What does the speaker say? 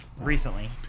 recently